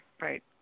right